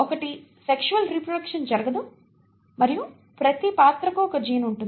ఒకటి sexual reproduction జరగదు మరియు ప్రతి పాత్రకు ఒక జీన్ ఉంటుంది